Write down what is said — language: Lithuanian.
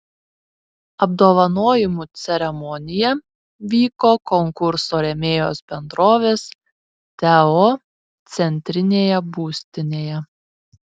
apdovanojimų ceremonija vyko konkurso rėmėjos bendrovės teo centrinėje būstinėje